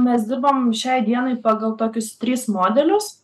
mes dirbam šiai dienai pagal tokius tris modelius